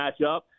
matchup